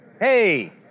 hey